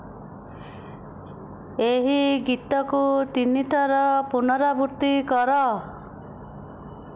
ଏହି ଗୀତକୁ ତିନିଥର ପୁନରାବୃତ୍ତି କର